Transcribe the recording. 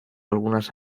algunas